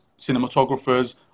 cinematographers